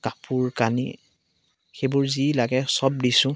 কাপোৰ কানি সেইবোৰ যি লাগে সব দিছোঁ